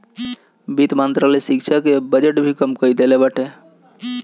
वित्त मंत्रालय शिक्षा के बजट भी कम कई देहले बाटे